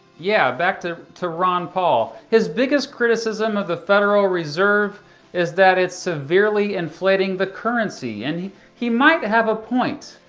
yeah, back to to ron paul. his biggest criticism of the federal reserve is that it's severely inflating the currency. and he he might have a point,